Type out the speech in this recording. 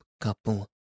couple